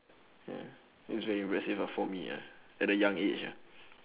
ya it's very impressive ah for me ya at a young age ah